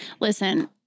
listen